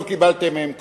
לא קיבלתם מהם כלום.